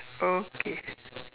okay